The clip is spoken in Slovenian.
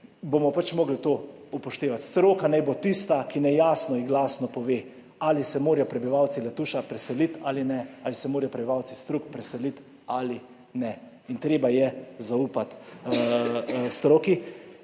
bomo pač morali to upoštevati. Stroka naj bo tista, ki naj jasno in glasno pove, ali se morajo prebivalci Letuša preseliti ali ne, ali se morajo prebivalci Strug preseliti ali ne. Treba je zaupati stroki.